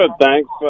thanks